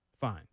fine